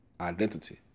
identity